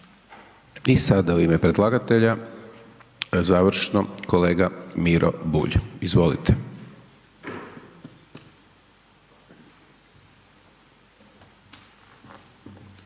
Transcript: I sada u ime predlagatelja završno kolega Miro Bulj, izvolite.